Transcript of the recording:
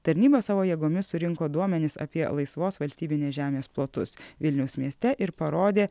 tarnyba savo jėgomis surinko duomenis apie laisvos valstybinės žemės plotus vilniaus mieste ir parodė